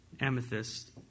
Amethyst